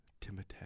Timothy